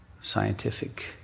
scientific